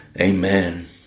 Amen